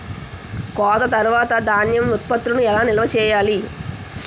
కోత తర్వాత ధాన్యం ఉత్పత్తులను ఎలా నిల్వ చేయాలి?